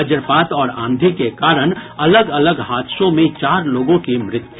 वज्रपात और आंधी के कारण अलग अलग हादसों में चार लोगों की मृत्यु